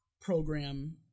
program